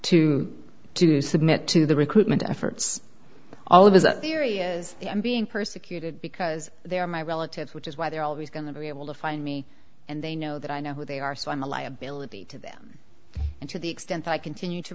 to to submit to the recruitment efforts all of us that theory is being persecuted because they are my relatives which is why they're always going to be able to find me and they know that i know who they are so i'm a liability to them and to the extent that i continue to